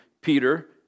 Peter